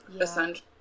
essentially